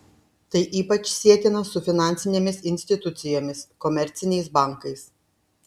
tai ypač sietina su finansinėmis institucijomis komerciniais bankais